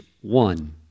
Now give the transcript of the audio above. one